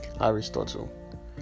Aristotle